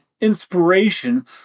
inspiration